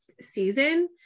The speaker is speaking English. season